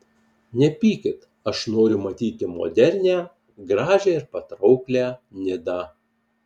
nepykit aš noriu matyti modernią gražią ir patrauklią nidą